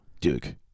Duke